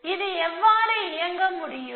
இது எவ்வாறு இயங்க முடியும்